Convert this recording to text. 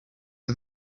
are